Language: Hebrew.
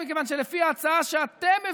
מכיוון שלפי ההצעה שאתם מביאים,